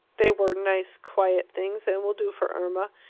they were nice quiet things, and will do for irma.